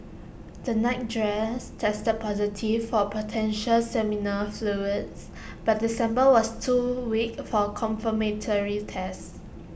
the nightdress tested positive for potential seminal fluids but the sample was too weak for confirmatory tests